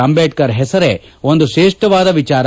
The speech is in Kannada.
ಅಂಬೇಡರ್ ಹೆಸರೇ ಒಂದು ತ್ರೇಷ್ನವಾದ ವಿಚಾರ